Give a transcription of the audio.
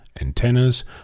Antennas